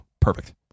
Perfect